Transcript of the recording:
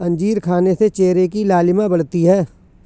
अंजीर खाने से चेहरे की लालिमा बढ़ती है